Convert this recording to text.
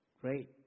Great